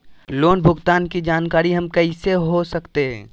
Loan भुगतान की जानकारी हम कैसे हो सकते हैं?